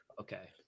Okay